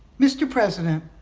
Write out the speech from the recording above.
mr. president,